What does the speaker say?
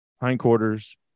hindquarters